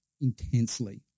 intensely